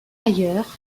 ailleurs